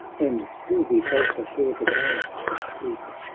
and still we falter for the dumb to speak,